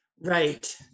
Right